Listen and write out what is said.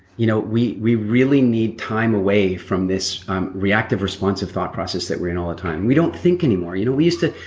you know we we really need time away from this reactive, responsive thought process we're in all the time. we don't think anymore. you know we used to.